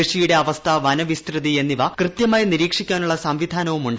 കൃഷിയുടെ അവസ്ഥ വനവിസ്തൃതി എന്നിവ കൃത്യമയി നിരീക്ഷിക്കാനുള്ള സംവിധാനവുമുണ്ട്